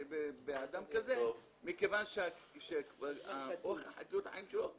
באדם כזה מכיוון שאריכות החיים שלו קצרה.